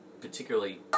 particularly